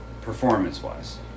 performance-wise